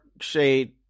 shade